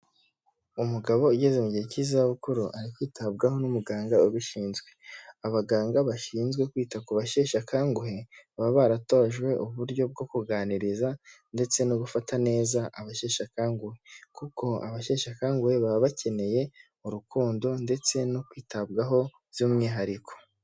Umugabo ugeze mu gihe cy'izabukuru ari kwitabwaho n'umuganga ubishinzwe. Abaganga bashinzwe kwita ku basheshe akanguhe baba baratojwe uburyo bwo kuganiriza ndetse no gufata neza abasheshe akanguhe. Kuko abasheshe akanguhe baba bakeneye urukundo ndetse no kwitabwaho by'umwihariko.